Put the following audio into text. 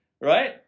right